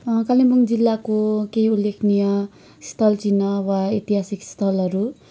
कालिम्पोङ जिल्लाको केही उल्लेखनीय स्थल चिह्न वा ऐतिहासिक स्थलहरू